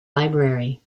library